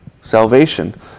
salvation